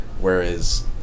whereas